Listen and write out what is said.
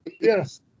yes